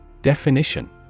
Definition